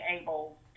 able